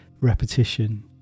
repetition